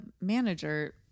manager